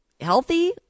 healthy